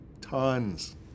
Tons